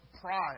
pride